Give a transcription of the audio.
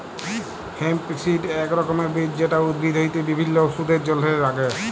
hemp seed এক রকমের বীজ যেটা উদ্ভিদ হইতে বিভিল্য ওষুধের জলহে লাগ্যে